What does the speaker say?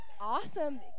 Awesome